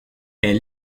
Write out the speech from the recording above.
est